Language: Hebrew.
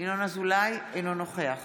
אינו נוכח